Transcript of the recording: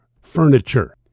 furniture